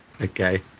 Okay